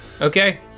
Okay